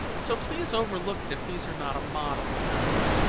so please overlook it if these are not a model kind.